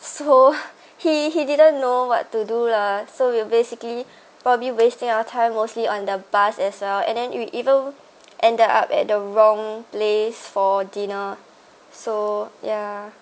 so he he didn't know what to do lah so we're basically probably wasting our time mostly on the bus itself and then ev~ even ended up at the wrong place for dinner so yeah